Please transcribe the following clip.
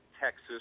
Texas